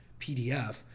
PDF